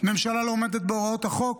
הממשלה לא עומדת בהוראות החוק,